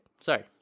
Sorry